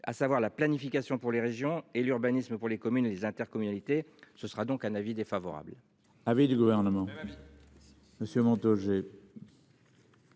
à savoir la planification pour les régions et l'urbanisme pour les communes et les intercommunalités, ce sera donc un avis défavorable. Ah oui du gouvernement. Monsieur manteaux.